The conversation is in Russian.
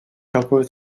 какое